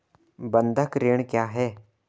बंधक ऋण क्या है?